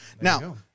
Now